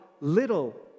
little